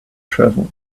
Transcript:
travel